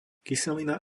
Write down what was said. kyselina